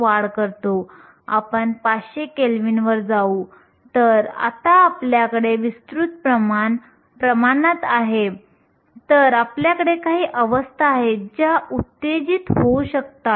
ni ला आंतरिक वाहक प्रमाण म्हणतात